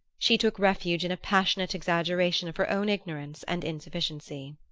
she took refuge in a passionate exaggeration of her own ignorance and insufficiency.